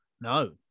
No